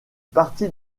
partie